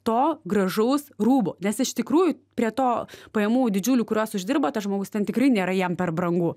to gražaus rūbo nes iš tikrųjų prie to pajamų didžiulių kurios uždirba tas žmogus ten tikrai nėra jam per brangu